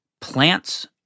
plants